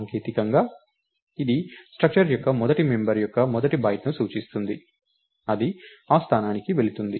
సాంకేతికంగా ఇది స్ట్రక్టర్ యొక్క మొదటి మెంబర్ యొక్క మొదటి బైట్ను సూచిస్తుంది అది ఆ స్థానానికి వెళుతుంది